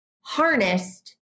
harnessed